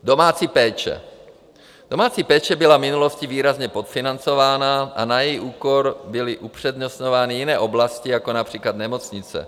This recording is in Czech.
Domácí péče byla v minulosti výrazně podfinancována a na její úkor byly upřednostňovány jiné oblasti, jako například nemocnice.